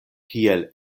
kiel